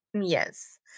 Yes